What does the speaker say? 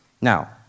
Now